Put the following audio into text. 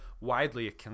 widely